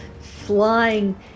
flying